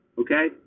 okay